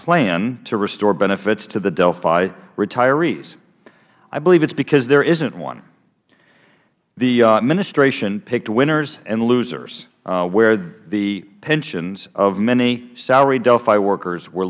plan to restore benefits to the delphi retirees i believe it's because there isn't one the administration picked winners and losers where the pensions of many salaried delphi workers were